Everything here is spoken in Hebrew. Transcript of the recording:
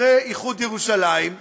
אחרי איחוד ירושלים,